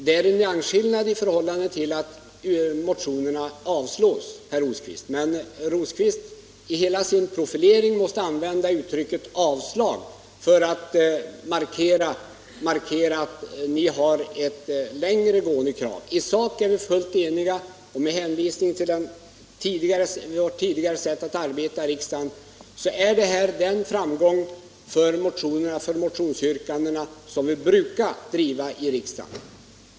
Det är en nyansskillnad i förhållande till ett yrkande om att motionerna skall avslås, men herr Rosqvist måste i hela sin profilering använda uttrycket avslag för att markera att ni har ett längre gående krav. I sak är vi fullt eniga, och med hänvisning till vårt tidigare sätt att arbeta i riksdagen hävdar jag att det här är den framgångslinje för motionsyrkandena som vi brukar driva i detta hus.